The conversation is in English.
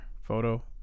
photo